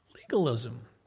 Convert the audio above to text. legalism